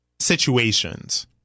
situations